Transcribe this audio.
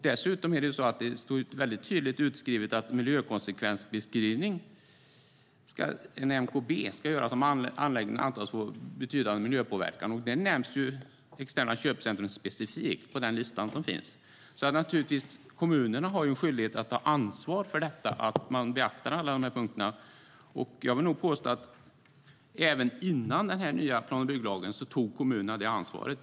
Dessutom står det tydligt utskrivet att en MKB ska göras om anläggningen antas få betydande miljöpåverkan. Där nämns externa köpcentrum specifikt på den lista som finns. Kommunerna har naturligtvis en skyldighet att ta ansvar för att man beaktar alla de här punkterna. Jag vill nog påstå att kommunerna även före den här nya plan och bygglagen tog det ansvaret.